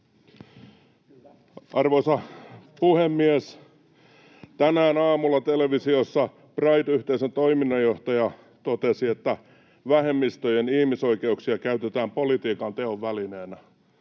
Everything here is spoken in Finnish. Arvoisa puhemies! Tänään aamulla televisiossa Pride-yhteisön toiminnanjohtaja totesi, että vähemmistöjen ihmisoikeuksia käytetään politiikan teon välineenä.